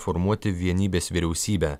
formuoti vienybės vyriausybę